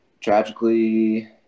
Tragically